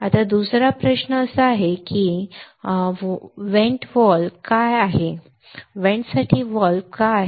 आता दुसरा प्रश्न असा आहे की व्हेंट व्हॉल्व्ह का आहे व्हेंटसाठी व्हॉल्व्ह का आहे